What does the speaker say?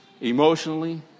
emotionally